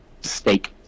Steak